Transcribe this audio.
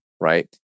right